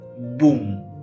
Boom